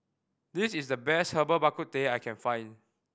this is the best Herbal Bak Ku Teh I can find